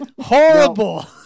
Horrible